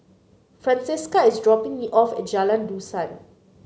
Francesca is dropping me off at Jalan Dusan